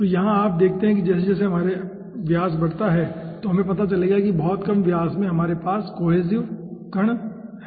तो यहाँ आप देखते हैं कि जैसे जैसे हम व्यास बढ़ाते हैं तो हमें पता चलेगा कि बहुत कम व्यास में हमारे कण कोहेसिव रूप में हैं